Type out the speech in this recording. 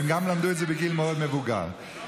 הם גם למדו את זה בגיל מבוגר מאוד.